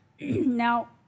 Now